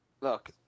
look